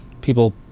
People